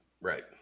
Right